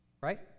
Right